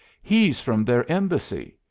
he's from their embassy.